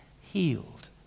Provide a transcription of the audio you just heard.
healed